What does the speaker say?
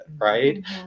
right